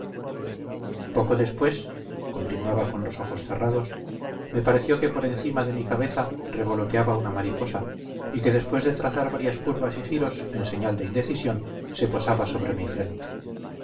enojoso poco después continuaba con los ojos cerrados me pareció que por encima de mi cabeza revoloteaba una mariposa y que después de trazar varias curvas y giros en señal de indecisión se posaba sobre mi frente